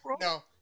No